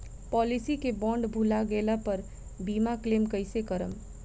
Policy के bond भुला गैला पर बीमा क्लेम कईसे करम?